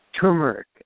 Turmeric